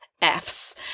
F's